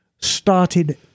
started